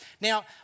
Now